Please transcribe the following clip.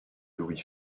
louis